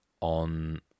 on